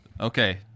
Okay